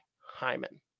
Hyman